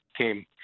came